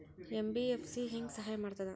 MBFC ಹೆಂಗ್ ಸಹಾಯ ಮಾಡ್ತದ?